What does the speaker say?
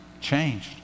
changed